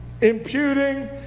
Imputing